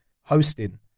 hosting